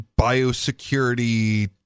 biosecurity